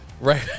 Right